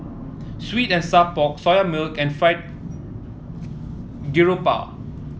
sweet and Sour Pork Soya Milk and Fried Garoupa